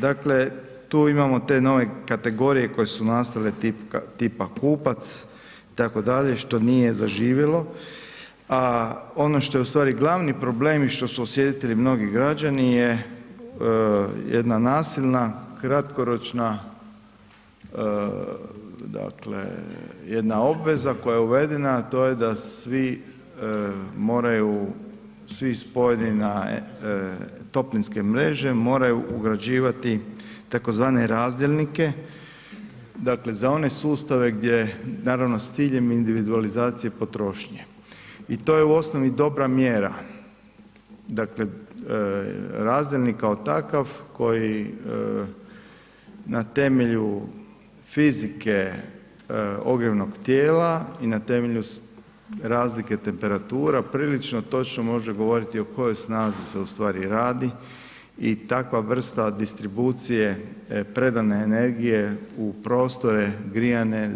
Dakle, tu imamo te nove kategorije koje su nastale, tipa kupac itd., što nije zaživjelo a ono što je ustvari glavni problemi i što su osjetili mnogi građani je jedna nasilna, kratkoročna jedna obveza koja je uvedena a to je da svi moraju, svi spojeni na toplinske mreže, moraju ugrađivati tzv. razdjelnike dakle za one sustave gdje naravno s ciljem individualizacije potrošnje i to je u osnovi dobra mjera, dakle razdjelnik kao takav koji na temelju fizike ogrjevnog tijela i na temelju razlike temperatura prilično točno može govoriti o kojoj snazi se ustvari radi i takva vrsta distribucije, predane energije u prostore grijane